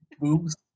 boobs